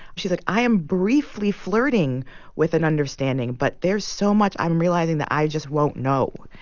she's like, i am briefly flirting with an understanding. but there's so much i'm realizing that i just won't know.